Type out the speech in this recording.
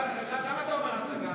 למה אתה אומר הצגה?